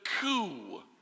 coup